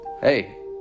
Hey